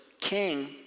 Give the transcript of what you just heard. king